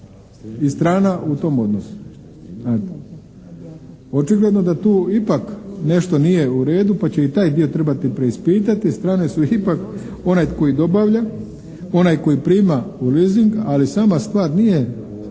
i strana u tom odnosu? Znate. Očigledno da tu ipak nešto nije u redu, pa će i taj dio trebati preispitati. Te strane su ipak onaj koji dobavlja, onaj koji prima u leasing, ali sama stvar nije